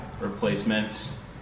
replacements